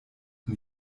und